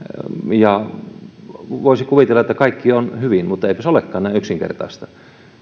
ja voisi kuvitella että kaikki on hyvin mutta eipäs olekaan näin yksinkertaista